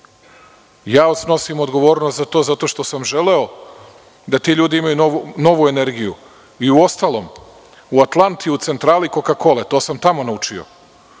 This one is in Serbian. Ja snosim odgovornost za to zato što sam želeo da ti ljudi imaju novu energiju.U ostalom, u Atlanti, u centrali „Koka-kole“, to sam tamo naučio,